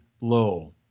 low